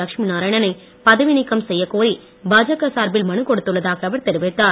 லட்சுமி நாராயணனை பதவி நீக்கம் செய்ய கோரி பாஜக சார்பில் மனு கொடுத்துள்ளதாக அவர் தெரிவித்தார்